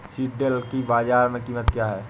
सिल्ड्राल की बाजार में कीमत क्या है?